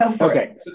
Okay